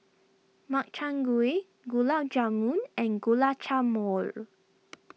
Makchang Gui Gulab Jamun and Guacamole